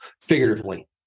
figuratively